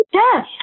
yes